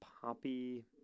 poppy